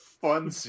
fun